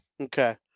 Okay